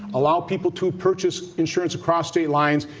allow people to purchase insurance across state lines.